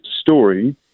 story